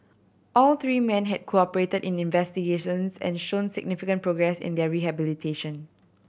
all three men had cooperated in investigations and shown significant progress in their rehabilitation